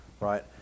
right